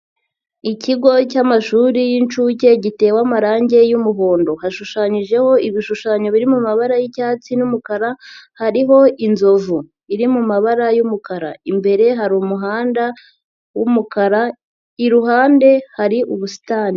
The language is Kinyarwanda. Ikigo cy'amashuri y'inshuke gitewe amarangi y'umuhondo. Hashushanyijeho ibishushanyo biri mu mabara y'icyatsi n'umukara, hariho inzovu, iri mu mabara y'umukara, imbere hari umuhanda w'umukara, iruhande hari ubusitani.